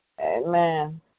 Amen